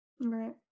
Right